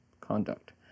conduct